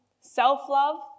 Self-love